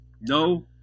No